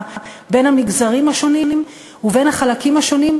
שיש בין המגזרים השונים ובין החלקים השונים,